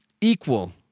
equal